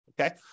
okay